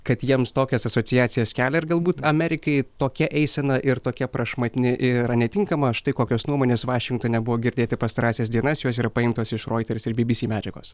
kad jiems tokias asociacijas kelia ir galbūt amerikai tokia eisena ir tokia prašmatni yra netinkama štai kokios nuomonės vašingtone buvo girdėti pastarąsias dienas jos yra paimtos iš roiters ir bbc medžiagos